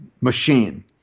Machine